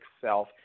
self